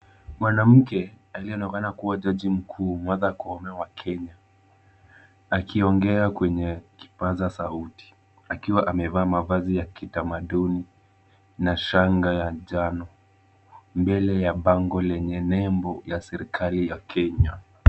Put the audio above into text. Mwanamke aliyeonekana kuwa jaji mkuu, Martha Koome, wa Kenya akiongea kwenye kipaza sauti, akiwa amevaa mavazi ya kitamaduni na shanga ya njano mbele ya bango lenye nembo ya serikali ya Kenya.